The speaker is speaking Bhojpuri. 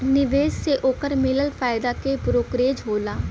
निवेश से ओकर मिलल फायदा के ब्रोकरेज होला